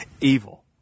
evil